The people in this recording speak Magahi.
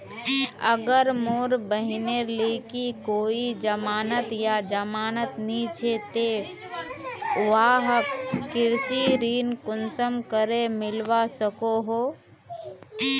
अगर मोर बहिनेर लिकी कोई जमानत या जमानत नि छे ते वाहक कृषि ऋण कुंसम करे मिलवा सको हो?